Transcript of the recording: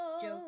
joke